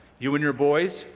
you and your boys,